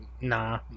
Nah